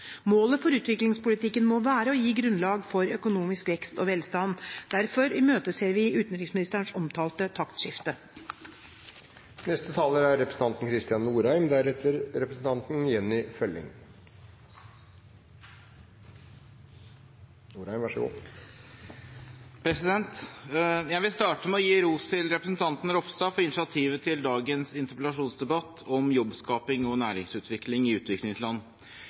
Målet for utviklingspolitikken må være å gi grunnlag for økonomisk vekst og velstand. Derfor imøteser vi utenriksministerens omtalte taktskifte. Jeg vil starte med å gi ros til representanten Ropstad for initiativet til dagens interpellasjonsdebatt om jobbskaping og næringsutvikling i utviklingsland.